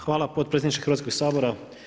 Hvala potpredsjedniče Hrvatskoga sabora.